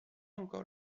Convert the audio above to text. encore